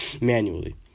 manually